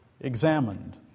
examined